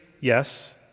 yes